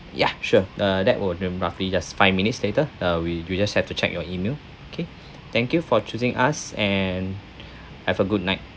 ya sure uh that will um roughly just five minutes later uh we you just have to check your E-mail okay thank you for choosing us and have a good night